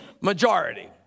majority